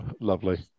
Lovely